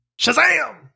Shazam